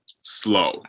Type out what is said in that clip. slow